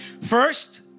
first